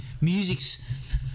music's